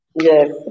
Yes